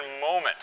moment